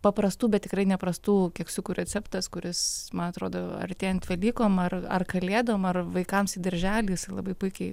paprastų bet tikrai neprastų keksiukų receptas kuris man atrodo artėjant velykom ar ar kalėdom ar vaikams į darželį jisai labai puikiai